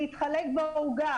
להתחלק בעוגה.